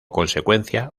consecuencia